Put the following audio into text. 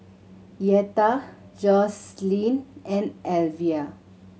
Yetta Jocelyn and Alivia